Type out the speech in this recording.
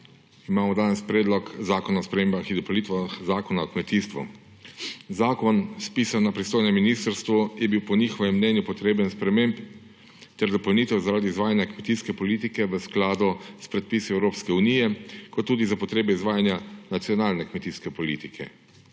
imamo danes Predlog zakona o spremembah in dopolnitvah Zakona o kmetijstvu. Zakon, spisan na pristojnem ministrstvu, je bil po njihovem mnenju potreben sprememb ter dopolnitev zaradi izvajanja kmetijske politike v skladu s predpisi Evropske unije ter tudi za potrebe izvajanja nacionalne kmetijske politike.